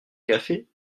café